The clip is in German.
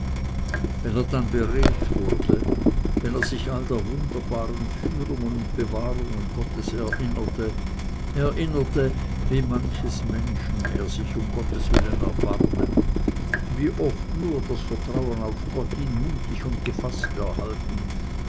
wie er dann beredt wurde wenn er sich all der wunderbaren führungen und bewahrungen gottes erinnerte erinnerte wie manches menschen er sich um gottes willen erbarmet wie oft nur das vertrauen auf gott ihn mutig und gefaßt erhalten